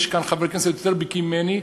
יש כאן חברי כנסת יותר בקיאים ממני,